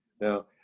now